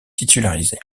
titularisé